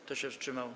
Kto się wstrzymał?